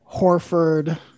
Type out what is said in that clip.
Horford